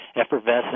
effervescent